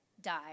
die